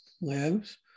lives